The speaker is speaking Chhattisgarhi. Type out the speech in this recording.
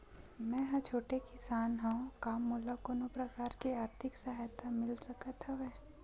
मै ह छोटे किसान हंव का मोला कोनो प्रकार के आर्थिक सहायता मिल सकत हवय?